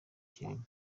kirimo